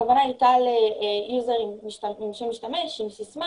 הכוונה הייתה ליוזר עם שם משתמש וסיסמה